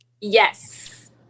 Yes